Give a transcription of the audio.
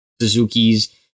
Suzuki's